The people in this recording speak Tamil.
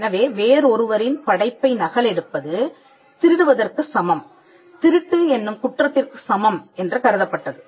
எனவே வேறொருவரின் படைப்பை நகலெடுப்பது திருடுவதற்கு சமம் திருட்டு என்னும் குற்றத்திற்கு சமம் என்று கருதப்பட்டது